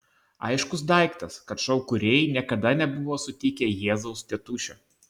aiškus daiktas kad šou kūrėjai niekada nebuvo sutikę jėzaus tėtušio